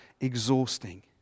exhausting